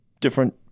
different